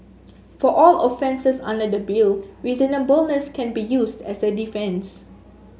for all offences under the Bill reasonableness can be used as a defence